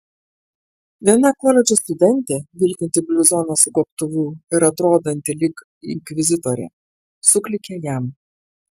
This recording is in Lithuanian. viena koledžo studentė vilkinti bluzoną su gobtuvu ir atrodanti lyg inkvizitorė suklykė jam